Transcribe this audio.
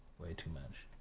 way too much.